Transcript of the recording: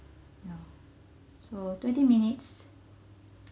ya so twenty minutes